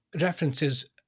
references